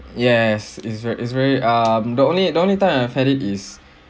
yes it's very it's very um the only the only time I've had it is